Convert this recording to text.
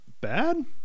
bad